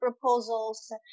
proposals